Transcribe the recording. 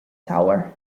tower